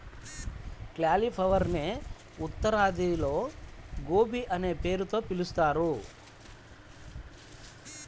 క్యాలిఫ్లవరునే ఉత్తరాదిలో గోబీ అనే పేరుతో పిలుస్తారు